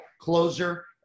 closer